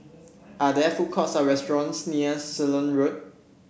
are there food courts or restaurants near Ceylon Road